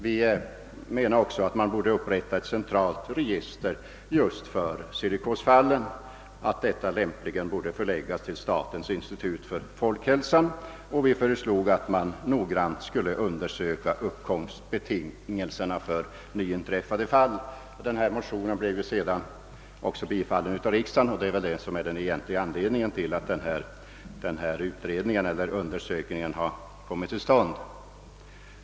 Vi menade också att man borde upprätta ett centralt register för silikosfall, lämpligen vid statens institut för folkhälsan, och att uppkomstbetingelserna för nyinträffade fall borde noga undersökas. Motionen bifölls av riksdagen, och det är väl detta som är den egentliga anledningen till att undersökningen kommit till stånd.